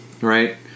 Right